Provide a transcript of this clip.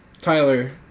Tyler